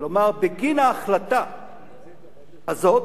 כלומר בגין ההחלטה הזאת,